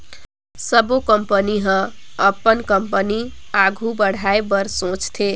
सबो कंपनी ह अपन कंपनी आघु बढ़ाए बर सोचथे